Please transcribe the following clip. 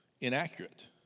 inaccurate